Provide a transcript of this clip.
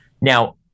Now